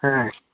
হ্যাঁ